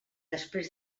després